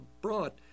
brought